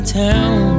town